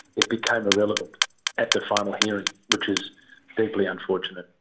it became irrelevant at the final hearing, which is deeply unfortunate.